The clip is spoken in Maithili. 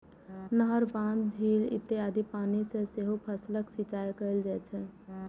नहर, बांध, झील इत्यादिक पानि सं सेहो फसलक सिंचाइ कैल जाइ छै